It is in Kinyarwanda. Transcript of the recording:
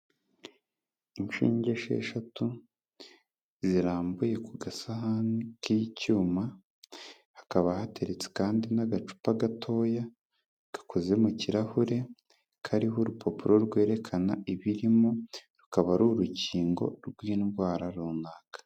Inshinge esheshatu zirambuye ku gasahani k'icyuma, hakaba hateretse kandi n'agacupa gatoya gakoze mu kirahure kariho urupapuro rwerekana ibirimo, rukaba ari urukingo rw'indwara runaka.